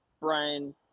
Brian